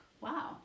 wow